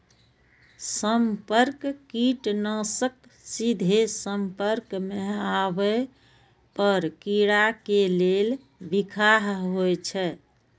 संपर्क कीटनाशक सीधे संपर्क मे आबै पर कीड़ा के लेल बिखाह होइ छै